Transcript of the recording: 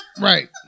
right